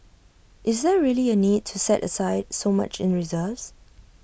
is there really A need to set aside so much in reserves